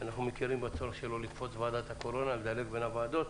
שאנחנו מכירים בצורך שלו לקפוץ לוועדת הקורונה ולדלג בין הוועדות.